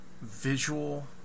visual